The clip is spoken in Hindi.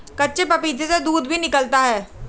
कच्चे पपीते से दूध भी निकलता है